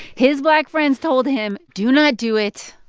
his black friends told him, do not do it.